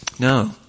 No